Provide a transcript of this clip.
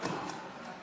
הכנסה (מס' 275),